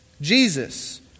Jesus